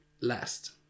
last